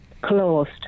Closed